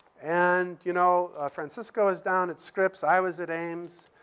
and, you know, francisco is down at scripps. i was at ames.